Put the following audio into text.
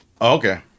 Okay